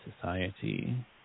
society